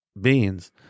beings